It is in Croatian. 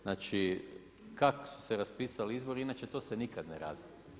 Znači, kako su se raspisali izbori, inače to se nikad ne radi.